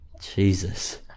Jesus